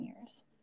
years